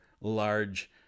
large